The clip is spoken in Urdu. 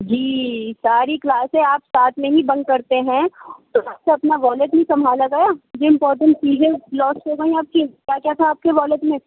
جی ساری کلاسیں آپ ساتھ میں ہی بنک کرتے ہیں تو ساتھ میں اپنا والٹ نہیں سنبھالا گیا جو امپارٹنٹ چیزیں ہے لوسٹ ہو گئیں ہے آپ کی کیا کیا تھا آپ کے والٹ میں